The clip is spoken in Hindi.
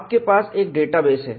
आपके पास एक डेटाबेस है